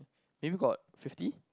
maybe got fifty